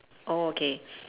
oh okay